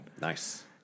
Nice